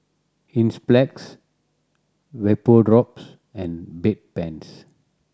Enzyplex Vapodrops and Bedpans